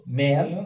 man